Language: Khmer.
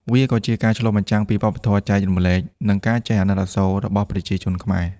វាក៏ជាការឆ្លុះបញ្ចាំងពីវប្បធម៌ចែករំលែក និងការចេះអាណិតអាសូររបស់ប្រជាជនខ្មែរ។